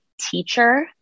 teacher